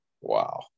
Wow